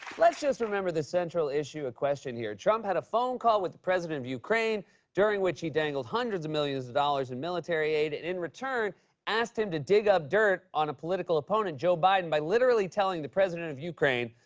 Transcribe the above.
let's just remember the central issue at question here. trump had a phone call with the president of ukraine during which he dangled hundreds of millions of dollars in military aid and in return asked him to dig up dirt on a political opponent, joe biden, by literally telling the president of ukraine,